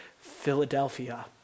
Philadelphia